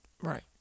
Right